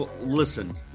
Listen